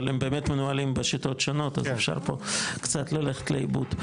אבל הם באמת מנוהלים בשיטות שונות אז אפשר פה קצת ללכת לאיבוד.